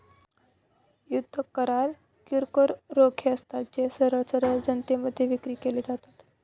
युद्ध करार किरकोळ रोखे असतात, जे सरळ सरळ जनतेमध्ये विक्री केले जातात